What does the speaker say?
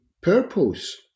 purpose